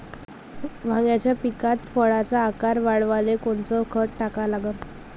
वांग्याच्या पिकात फळाचा आकार वाढवाले कोनचं खत टाका लागन?